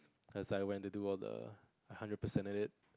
as I went to do all the hundred per cent of it